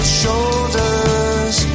shoulders